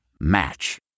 Match